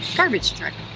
garbage truck.